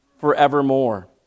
forevermore